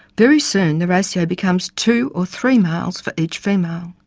very soon the ratio becomes two or three males for each female.